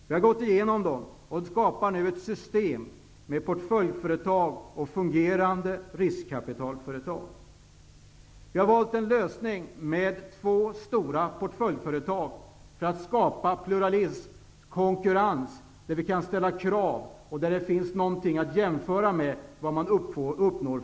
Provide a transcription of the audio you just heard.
Vi har gått igenom dem och skapar nu ett system med portföljföretag och fungerande riskkapitalföretag. Vi har valt en lösning med två stora portföljföretag för att skapa pluralism och konkurrens och göra det möjligt att ställa krav. Det skall också finnas möjlighet att jämföra de resultat som uppnås.